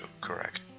correct